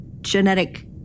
genetic